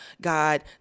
God